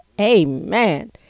Amen